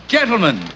Gentlemen